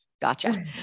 Gotcha